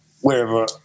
wherever